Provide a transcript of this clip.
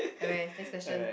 okay next question